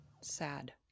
Sad